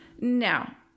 Now